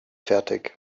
fertig